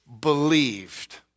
believed